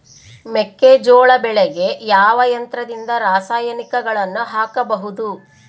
ಮೆಕ್ಕೆಜೋಳ ಬೆಳೆಗೆ ಯಾವ ಯಂತ್ರದಿಂದ ರಾಸಾಯನಿಕಗಳನ್ನು ಹಾಕಬಹುದು?